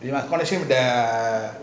you must collect it the